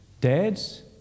Dads